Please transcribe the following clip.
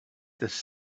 this